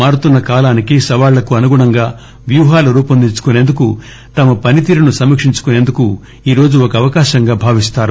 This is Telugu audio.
మారుతున్న కాలానికి సవాళ్లకు అనుగుణంగా వ్యూహాలు రూపొందించుకునేందుకు తమ పరితీరును సమీక్షించుకునేందుకు ఈరోజు ఒక అవకాశంగా భావిస్తారు